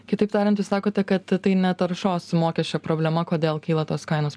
kitaip tariant jūs sakote kad tai ne taršos mokesčio problema kodėl kyla tos kainos